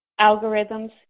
algorithms